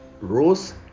rose